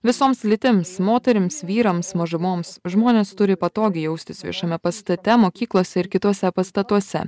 visoms lytims moterims vyrams mažumoms žmonės turi patogiai jaustis viešame pastate mokyklose ir kituose pastatuose